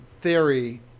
theory